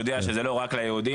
יודע שזה לא רק ליהודים.